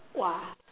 !wah!